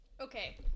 Okay